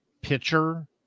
pitcher